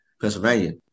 Pennsylvania